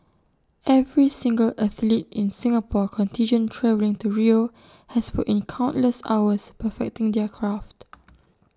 every single athlete in the Singapore contingent travelling to Rio has put in countless hours perfecting their craft